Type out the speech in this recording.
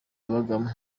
yabagamo